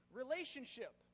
relationship